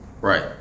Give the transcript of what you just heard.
Right